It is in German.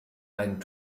einen